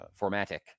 formatic